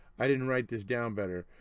i didn't write this down better,